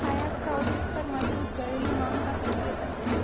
आयात का उच्च स्तर मजबूत घरेलू मांग का संकेत है